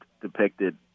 depicted